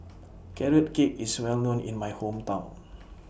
Carrot Cake IS Well known in My Hometown